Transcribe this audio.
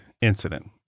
incident